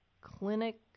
clinic